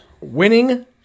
winning